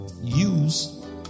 use